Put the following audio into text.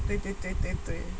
对对对对对